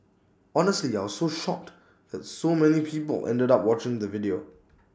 honestly I was shocked that so many people ended up watching the video